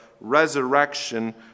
resurrection